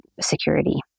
security